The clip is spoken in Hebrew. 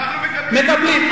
מקבלים.